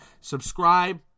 Subscribe